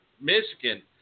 Michigan